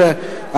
כבוד השר,